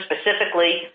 specifically